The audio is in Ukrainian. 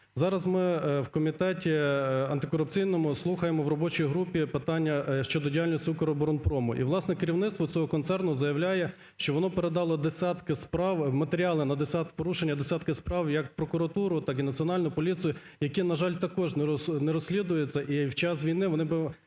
Зараз ми в комітеті антикорупційному слухаємо в робочій групі питання щодо діяльності "Укроборонпрому". І, власне, керівництво цього концерну заявляє, що воно передало десятки справ, матеріали на десятки… порушення десятки справ як в прокуратуру, так і Національну поліцію, які, на жаль, також не розслідуються, і в час війни вони би,